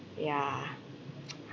yeah